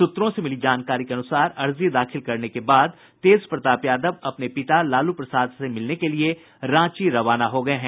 सूत्रों से मिली जानकारी के अनुसार अर्जी दाखिल करने के बाद तेजप्रताप यादव अपने पिता लालू प्रसाद से मिलने के लिए रांची रवाना हो गये हैं